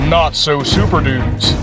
Not-So-Super-Dudes